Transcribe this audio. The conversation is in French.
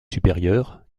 supérieure